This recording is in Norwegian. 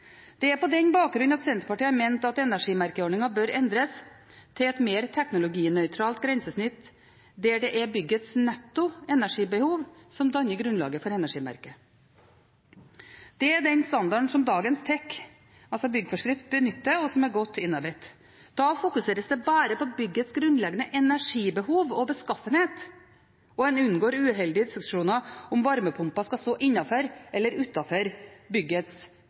Det er på denne bakgrunn Senterpartiet har ment at energimerkeordningen bør endres til et mer teknologinøytralt grensesnitt, der det er byggets netto energibehov som danner grunnlaget for energimerket. Det er den standarden som dagens TEK, altså byggeforskrift, benytter, og som er godt innarbeidet. Da fokuseres det bare på byggets grunnleggende energibehov og beskaffenhet, og en unngår uheldige diskusjoner om hvorvidt varmepumpa skal stå innenfor eller utenfor byggets